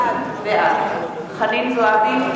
בעד חנין זועבי,